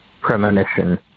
premonition